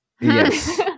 Yes